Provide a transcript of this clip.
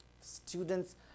Students